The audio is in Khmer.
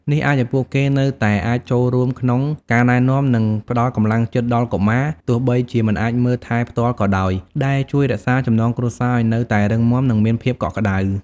នេះអាចឱ្យពួកគេនៅតែអាចចូលរួមក្នុងការណែនាំ និងផ្ដល់កម្លាំងចិត្តដល់កុមារ ទោះបីជាមិនអាចមើលថែផ្ទាល់ក៏ដោយ ដែលជួយរក្សាចំណងគ្រួសារឱ្យនៅតែរឹងមាំ និងមានភាពកក់ក្ដៅ។